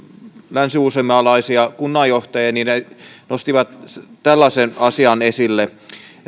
länsiuusimaalaisia kunnanjohtajia niin he nostivat tällaisen asian esille